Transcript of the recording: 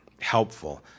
helpful